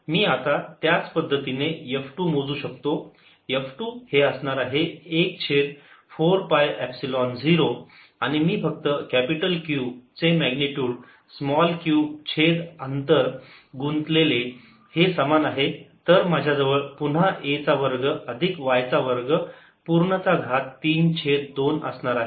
F114π0Qqa2y232 मी आता त्याच पद्धतीने F2 मोजू शकतो F 2 हे असणार आहे 1 छेद 4 पाय एपसिलोन 0 आणि मी फक्त कॅपिटल Q चे मॅग्निट्युड स्मॉल q छेद अंतर गुंतलेले हे समान आहे तर माझ्याजवळ पुन्हा a चा वर्ग अधिक y चा वर्ग पूर्ण चा घात 3 छेद 2 असणार आहे